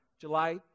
July